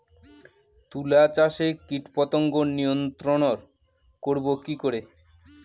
তুলা চাষে কীটপতঙ্গ নিয়ন্ত্রণর করব কি করে?